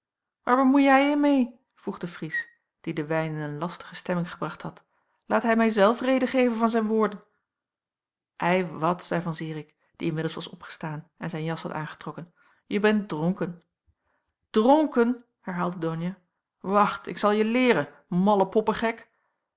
waar bemoei jij je meê vroeg de fries dien de wijn in een lastige stemming gebracht had laat hij mij zelf reden geven van zijn woorden ei wat zeî van zirik die inmiddels was opgestaan en zijn jas had aangetrokken je bent dronken dronken herhaalde donia wacht ik zal je leeren malle